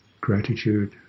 gratitude